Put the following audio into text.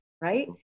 right